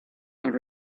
and